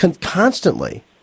constantly